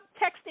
texting